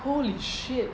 holy shit